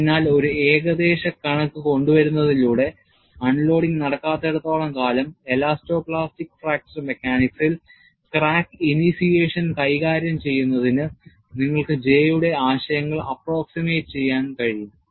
അതിനാൽ ഒരു ഏകദേശ കണക്ക് കൊണ്ടുവരുന്നതിലൂടെ അൺലോഡിംഗ് നടക്കാത്തിടത്തോളം കാലം എലാസ്റ്റോ പ്ലാസ്റ്റിക് ഫ്രാക്ചർ മെക്കാനിക്സിൽ ക്രാക്ക് initiation കൈകാര്യം ചെയ്യുന്നതിന് നിങ്ങൾക്ക് J യുടെ ആശയങ്ങൾ approximate ചെയ്യാൻ കഴിയും